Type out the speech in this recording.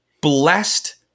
blessed